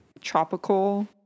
tropical